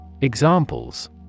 Examples